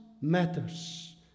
matters